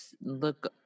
look